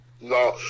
no